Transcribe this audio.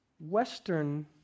Western